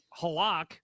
Halak